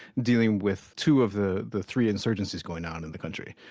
dealing with two of the the three insurgencies going on in the country.